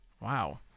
wow